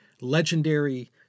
legendary